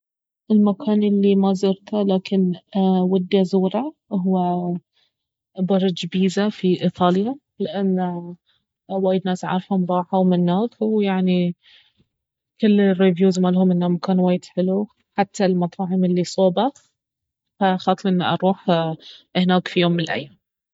المكان الي ما زرته لكن ودي ازوره اهو برج بيزا في ايطاليا لانه وايد ناس اعرفهم راحوا مناك ويعني كل الرفيوز مالهم انه كان وايد حلو حتى المطاعم الي صوبه فيعني خاطري اروح هناك في يوم من الأيام